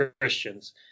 Christians